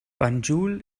banjul